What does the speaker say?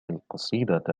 القصيدة